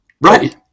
Right